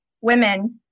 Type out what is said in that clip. women